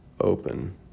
open